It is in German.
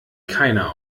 keiner